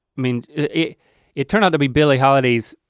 i mean it it turned out to be billy holiday's,